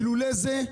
כי לולא זה,